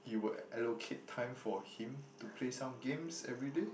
you will allocate time for him to play some games everyday